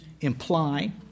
imply